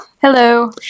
Hello